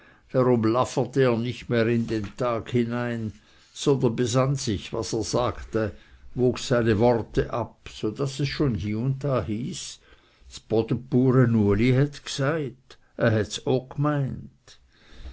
laferte er nicht mehr in den tag hinein sondern besann sich was er sagte wog seine worte ab so daß es schon hie und da hieß ds bodebure ueli het gseit er hets o gmeint